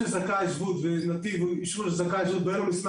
הרבה אנשים צריכים תשובות כי יש בלבול רב